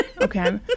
Okay